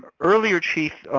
earlier, chief,